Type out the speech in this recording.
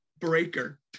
Breaker